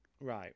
Right